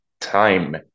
time